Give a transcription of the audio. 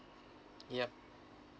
yup